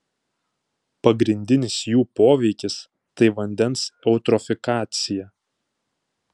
pagrindinis jų poveikis tai vandens eutrofikacija